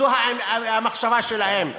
זו המחשבה שלהם.